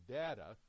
data